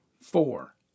Four